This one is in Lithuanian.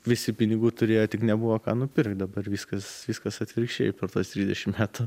visi pinigų turėjo tik nebuvo ką nupirkt dabar viskas viskas atvirkščiai per tuos trisdešimt metų